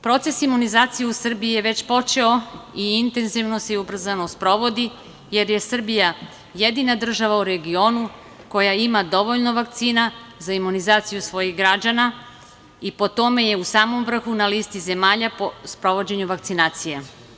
Proces imunizacije u Srbiji je već počeo i intenzivno se i ubrzano sprovodi jer je Srbija jedina država u regionu koja ima dovoljno vakcina za imunizaciju svojih građana i po tome je u samom vrhu na listi zemalja po sprovođenju vakcinacije.